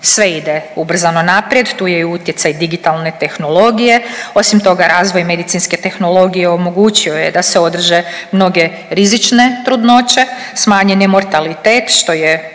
Sve ide ubrzano naprijed, tu je i utjecaj digitalne tehnologije, osim toga razvoj medicinske tehnologije omogućio je da se održe mnoge rizične trudnoće, smanjen je mortalitet što je